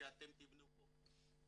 שאתם תבנו פה.